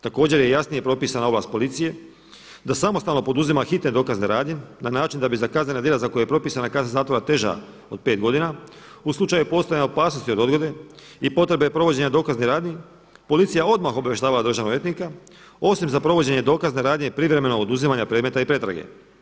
Također je jasnije propisana ovlast policije da samostalno poduzima hitne dokazne radnje na način da bi za kaznena djela za koje je propisana kazna zatvora teža od pet godina u slučaju postojanja opasnosti od odgode i potrebe provođenja dokaznih radnji, policija odmah obavještava državnog odvjetnika osim za provođenje dokazne radnje i privremenog oduzimanja predmeta i pretrage.